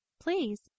Please